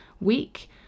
week